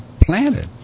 planet